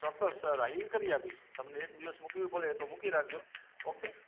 ચોક્કસ સર હા એ કરી આપીશ તમને એક દિવસ મૂકવી પડે તો મૂકી રાખજો ઓકે